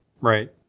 Right